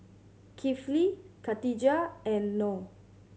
Kifli Khadija and Noh